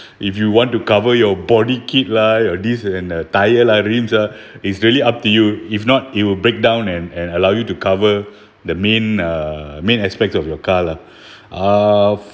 if you want to cover your body kit lie or this and the tyre lah rims lah it's really up to you if not it will break down and and allow you to cover the main uh main aspects of your car lah uh